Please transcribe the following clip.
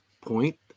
point